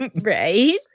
Right